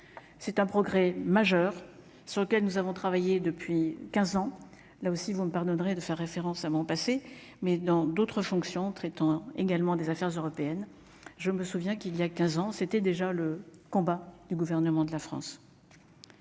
c'est un progrès majeur sur lequel nous avons travaillé depuis 15 ans, là aussi, vous me pardonnerez de faire référence à mon passé mais dans d'autres fonctions traitant également des Affaires européennes, je me souviens qu'il y a 15 ans, c'était déjà le combat du gouvernement de la France.